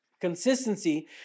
Consistency